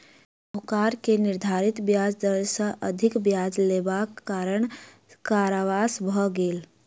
साहूकार के निर्धारित ब्याज दर सॅ अधिक ब्याज लेबाक कारणेँ कारावास भ गेल